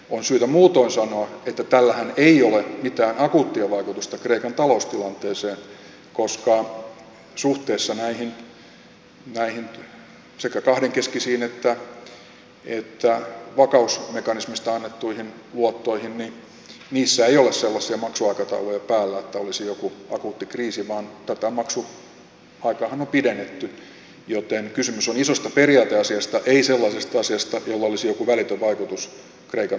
on syytä muutoin sanoa että tällähän ei ole mitään akuuttia vaikutusta kreikan taloustilanteeseen koska suhteessa sekä kahdenkeskisiin että vakausmekanismista annettuihin luottoihin niissä ei ole sellaisia maksuaikatauluja päällä että olisi joku akuutti kriisi vaan tätä maksuaikaahan on pidennetty joten kysymys on isosta periaateasiasta ei sellaisesta asiasta jolla olisi joku välitön vaikutus kreikan taloustilanteeseen